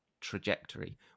trajectory